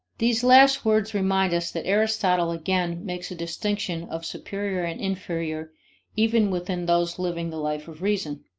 these last words remind us that aristotle again makes a distinction of superior and inferior even within those living the life of reason.